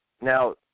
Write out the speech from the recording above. Now